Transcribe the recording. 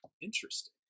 Interesting